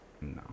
No